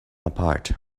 apart